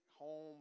home